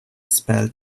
spell